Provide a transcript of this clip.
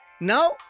No